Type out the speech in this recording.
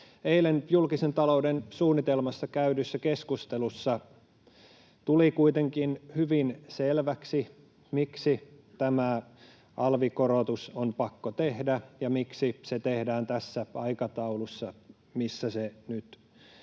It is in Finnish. Eilen julkisen talouden suunnitelmasta käydyssä keskustelussa tuli kuitenkin hyvin selväksi, miksi tämä alvikorotus on pakko tehdä ja miksi se tehdään tässä aikataulussa, missä se nyt tehdään.